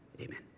Amen